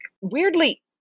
weirdly